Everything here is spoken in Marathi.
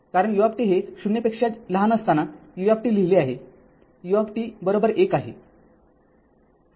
कारण uहे ० पेक्षा लहान असताना u लिहिले आहे u१ आहे